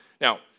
Now